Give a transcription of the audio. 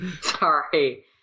sorry